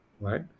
right